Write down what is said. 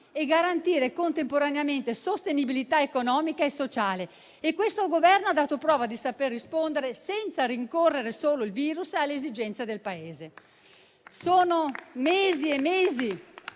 e garantire contemporaneamente sostenibilità economica e sociale, e questo Governo ha dato prova di saper rispondere, senza rincorrere solo il virus, alle esigenze del Paese.